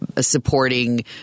supporting